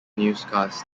newscast